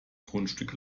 grundstück